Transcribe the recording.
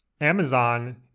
Amazon